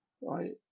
right